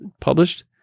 published